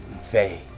Faye